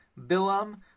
Bilam